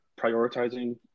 prioritizing